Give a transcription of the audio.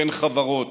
בין חברות.